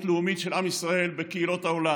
לאומית של עם ישראל בקהילות העולם,